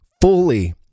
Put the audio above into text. fully